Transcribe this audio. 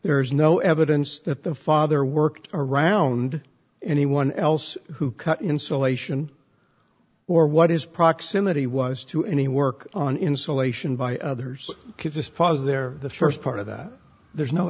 there is no evidence that the father worked around anyone else who cut insulation or what his proximity was to any work on insulation by others could just pause there the st part of that there's no